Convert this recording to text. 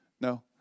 No